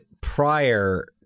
prior